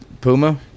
Puma